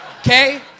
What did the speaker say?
Okay